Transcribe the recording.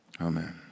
amen